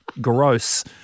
Gross